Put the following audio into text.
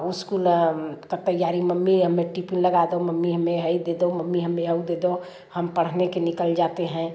school का तैयारी mummy हमें टिफ्फिन लगा दो मम्मी हमें हई दे दो मम्मी हमें हउ दे दो हम पढ़ने के निकल जाते हैं